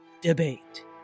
debate